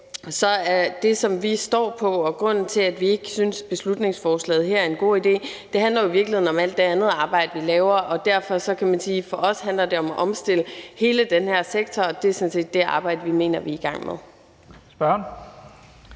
vil jeg sige, at grunden til, at vi ikke synes, at beslutningsforslaget her er en god idé, jo i virkeligheden handler om alt det andet arbejde, vi laver. Det er det, som vi står på. Derfor kan man sige, at for os handler det om at omstille hele den her sektor, og det er sådan set det arbejde, vi mener vi er i gang med.